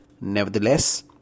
Nevertheless